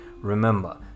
Remember